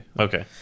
Okay